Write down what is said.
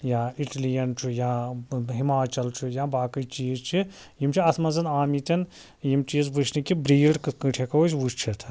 یا اِٹلِیَن چھُ یا ہَماچَل چھُ یا باقٕے چیٖز چھِ یم چھِ اَتھ مَنٛز آمٕتٮ۪ن یم چیٖز وُچھنہٕ کہِ بریٖڈ کِتھٕ پٲٹھۍ ہیٚکو أسۍ وُچھِتھ